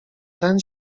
ten